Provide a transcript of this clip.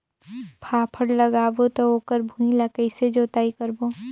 फाफण लगाबो ता ओकर भुईं ला कइसे जोताई करबो?